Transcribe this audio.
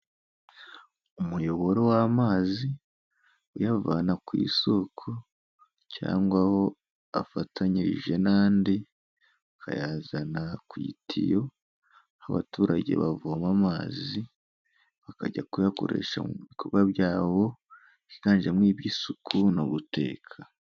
Umuyoboro w'amazi, uyavana ku isoko cyangwa aho afatanyije n'andi, ukayazana ku itiyo, abaturage bavoma amazi, bakajya kuyakoresha mu bikorwa byabo, byiganjemo iby'isuku no guteka.